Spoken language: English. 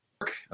work